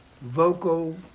vocal